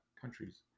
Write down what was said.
countries